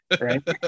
right